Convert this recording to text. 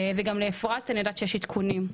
ואני יודעת שגם לאפרת יש עדכונים.